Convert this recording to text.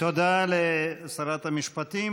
תודה לשרת המשפטים.